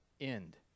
end